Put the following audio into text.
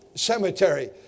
Cemetery